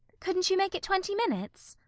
couldn't you make it twenty minutes?